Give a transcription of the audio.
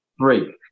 Three